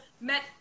met